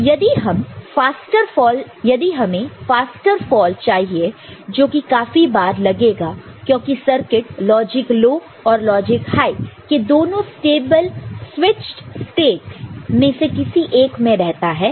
तो यदि हमें फास्टर फ़ॉल चाहिए जो कि काफी बार लगेगा क्योंकि सर्किट लॉजिक लो और लॉजिक हाई के दोनों स्टेबल स्विचड स्टेटस में से किसी एक में रहता है